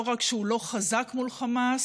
לא רק שהוא לא חזק מול חמאס,